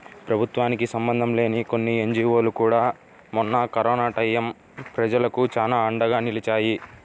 ప్రభుత్వానికి సంబంధం లేని కొన్ని ఎన్జీవోలు కూడా మొన్న కరోనా టైయ్యం ప్రజలకు చానా అండగా నిలిచాయి